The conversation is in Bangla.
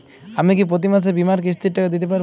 আমি কি প্রতি মাসে বীমার কিস্তির টাকা দিতে পারবো?